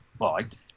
right